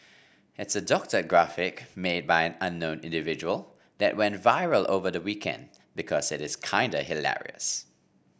it's a doctored graphic made by an unknown individual that went viral over the weekend because it is kinda hilarious